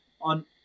on